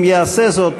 אם יעשה זאת,